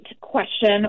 question